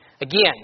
Again